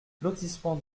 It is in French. lotissement